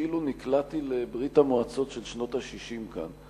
כאילו נקלעתי לברית-המועצות של שנות ה-60 כאן.